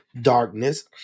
darkness